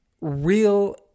real